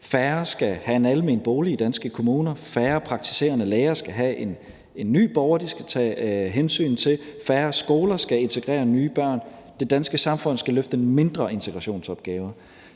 færre skal have en almen bolig i danske kommuner, at færre praktiserende læger skal have en ny borger, de skal tage hensyn til, og at færre skoler skal integrere nye børn. Det danske samfund skal løfte færre integrationsopgaver.